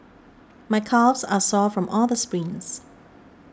my calves are sore from all the sprints